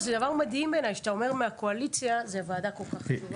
זה דבר מדהים בעיניי שאתה אומר את זה מהקואליציה שזו ועדה כל כך חשובה.